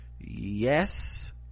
yes